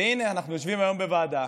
והינה, אנחנו יושבים היום בוועדה